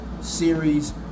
series